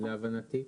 להבנתי כן.